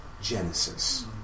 Genesis